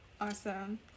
awesome